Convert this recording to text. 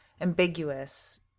ambiguous